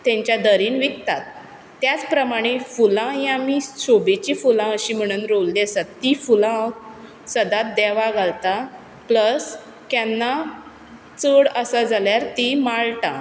तेंच्या दरीन विकतात त्याच प्रमाणें फुलांय आमी सोबेचीं फुलां अशीं म्हणून रोयिल्लीं आसात तीं फुलां हांव सदांच देवा घालतां प्लस केन्ना चड आसा जाल्यार तीं माळटा